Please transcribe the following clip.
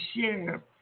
share